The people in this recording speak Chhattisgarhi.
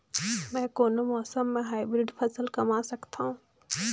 मै कोन मौसम म हाईब्रिड फसल कमा सकथव?